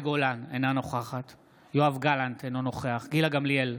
אינה נוכחת יואב גלנט, אינו נוכח גילה גמליאל,